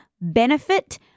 benefit